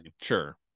Sure